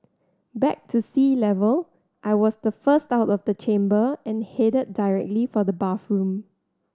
back to sea level I was the first out of the chamber and headed directly for the bathroom